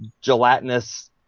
gelatinous